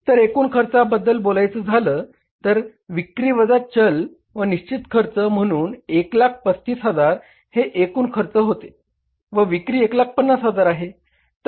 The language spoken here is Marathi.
तर एकूण खर्चाबद्दल बोलायच झाल तर विक्री वजा चल व निश्चित खर्च म्हणून 135000 हे एकूण खर्च होते व विक्री 150000 आहे